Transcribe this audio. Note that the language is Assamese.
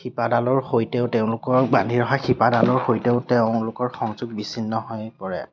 শিপাডালৰ সৈতেও তেওঁলোকক বান্ধি ৰখা শিপাডালৰ সৈতেও তেওঁলোকৰ সংযোগ বিচ্ছিন্ন হৈ পৰে